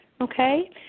Okay